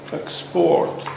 export